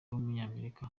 w’umunyamerika